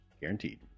Guaranteed